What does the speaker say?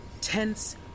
tense